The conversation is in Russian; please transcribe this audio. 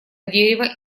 дерево